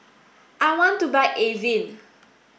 I want to buy Avene